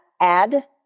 add